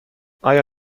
آیا